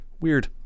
Weird